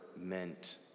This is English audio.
meant